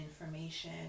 information